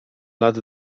lat